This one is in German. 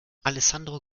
alessandro